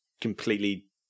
completely